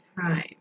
time